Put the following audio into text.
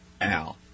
Al